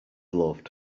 loved